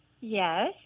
Yes